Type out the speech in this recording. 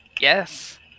Yes